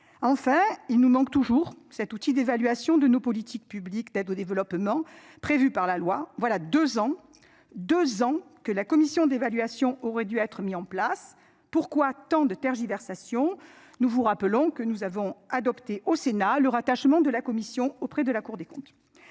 En fait, il nous manque toujours cet outil d'évaluation de nos politiques publiques d'aide au développement prévu par la loi. Voilà 2 ans, 2 ans, que la commission d'évaluation aurait dû être mis en place. Pourquoi tant de tergiversations. Nous vous rappelons que nous avons adopté au Sénat le rattachement de la commission auprès de la Cour des comptes.